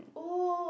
oh